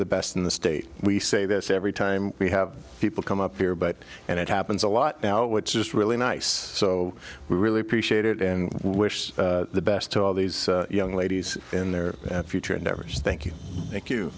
the best in the state we say this every time we have people come up here but and it happens a lot now which is really nice so we really appreciate it and wish the best to all these young ladies in their future endeavors thank you thank you